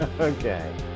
Okay